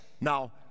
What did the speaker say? Now